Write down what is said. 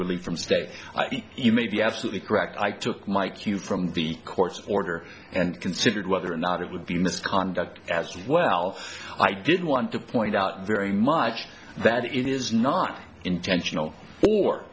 relief from state i think you may be absolutely correct i took my cue from the court's order and considered whether or not it would be misconduct as well i didn't want to point out very much that is not intentional or